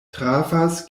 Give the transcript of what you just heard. trafas